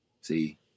See